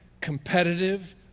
competitive